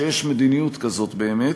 ככל שיש מדיניות כזאת באמת.